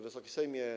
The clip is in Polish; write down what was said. Wysoki Sejmie!